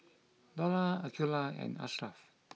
Dollah Aqeelah and Ashraff